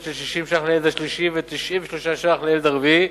של 60 שקל לילד השלישי ו-93 שקל לילד הרביעי.